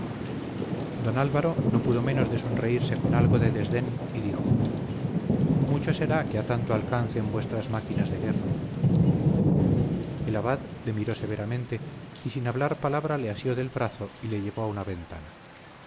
don álvaro no pudo menos de sonreírse con algo de desdén y dijo mucho será que a tanto alcancen vuestras máquinas de guerra el abad le miró severamente y sin hablar palabra le asió del brazo y le llevó a una ventana